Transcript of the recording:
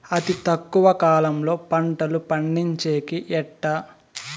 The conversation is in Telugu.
అతి తక్కువ కాలంలో పంటలు పండించేకి ఎట్లా?